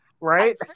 Right